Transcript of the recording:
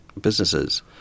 businesses